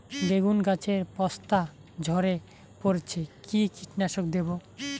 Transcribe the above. বেগুন গাছের পস্তা ঝরে পড়ছে কি কীটনাশক দেব?